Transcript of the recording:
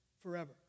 forever